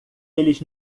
eles